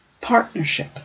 partnership